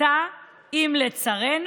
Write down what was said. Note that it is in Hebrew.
מי לא הצביע?